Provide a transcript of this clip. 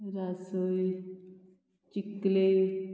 रासय चिकले